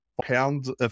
pounds